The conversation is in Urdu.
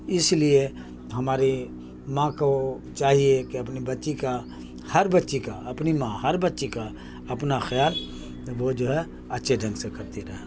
اس لیے ہماری ماں کو چاہیے کہ اپنی بچی کا ہر بچی کا اپنی ماں ہر بچی کا اپنا خیال وہ جو ہے اچھے ڈھنگ سے کرتی رہے